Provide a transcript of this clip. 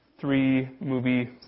three-movie